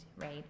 Right